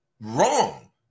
wrong